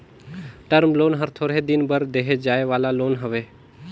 term loan हर थोरहें दिन बर देहे जाए वाला लोन हवे